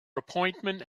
appointment